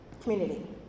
Community